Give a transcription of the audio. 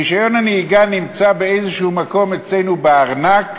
רישיון הנהיגה נמצא במקום כלשהו אצלנו בארנק,